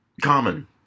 common